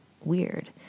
weird